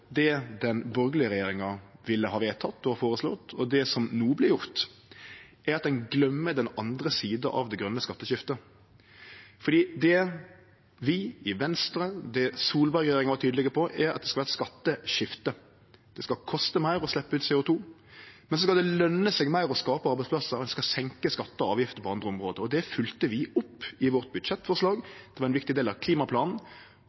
det den borgarlege regjeringa ville ha vedteke og føreslått, og det som vert gjort no, er at ein gløymer den andre sida av det grøne skatteskiftet. For det vi i Venstre og Solberg-regjeringa var tydelege på, er at det skal vere eit skatteskifte. Det skal koste meir å sleppe ut CO 2 , men så skal det løne seg meir å skape arbeidsplassar, og ein skal senke skattar og avgifter på andre område. Det følgde vi opp i budsjettforslaget vårt, og det var ein viktig del av klimaplanen.